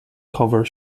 cover